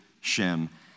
Shem